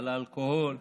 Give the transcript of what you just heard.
על אלכוהול,